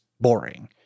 boring